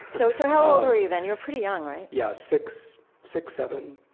so so how old were you then? you were pretty young, right? yeah. six six, seven.